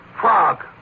Frog